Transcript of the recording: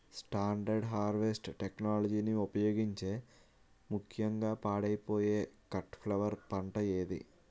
Standard harvest టెక్నాలజీని ఉపయోగించే ముక్యంగా పాడైపోయే కట్ ఫ్లవర్ పంట ఏది?